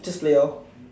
just play lor